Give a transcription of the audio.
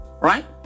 Right